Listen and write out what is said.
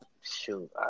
Shoot